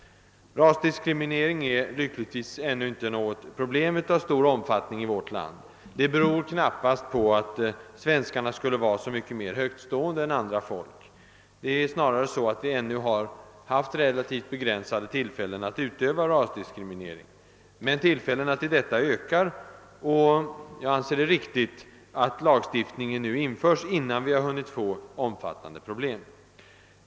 Rasdiskriminering är lyckligtvis än nu inte något problem av stor omfattning i vårt land. Det beror knappast på att svenskarna skulle vara så mycket mer högtstående än andra folk. Det är snarare så att vi hittills haft relativt begränsade tillfällen att utöva rasdiskriminering. Men tillfällena härtill ökar, och jag anser det riktigt att lagstiftning nu införs innan vi hunnit få omfattande problem.